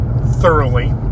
thoroughly